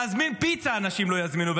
להזמין פיצה, אנשים לא יזמינו.